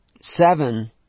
seven